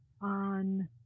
On